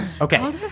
Okay